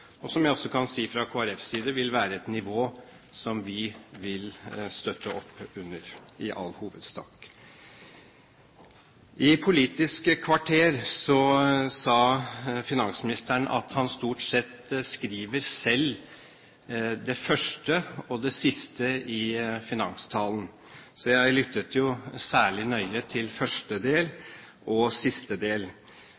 og som jeg også kan si fra Kristelig Folkepartis side vil være et nivå som vi vil støtte opp under i all hovedsak? I Politisk kvarter sa finansministeren at han stort sett skriver det første og det siste av finanstalen selv, så jeg lyttet særlig nøye til første og siste del.